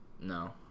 No